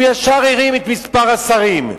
הוא ישר הרים את מספר השרים.